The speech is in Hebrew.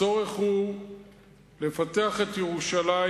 הצורך הוא לפתח את ירושלים,